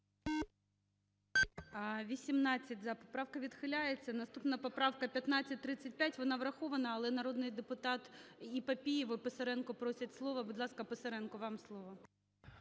За-18 Поправка відхиляється. Наступна поправка - 1535. Вона врахована, але народний депутат іПапієв, і Писаренко просять слово. Будь ласка, Писаренко, вам слово.